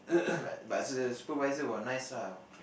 but but the supervisor was nice ah